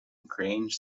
grange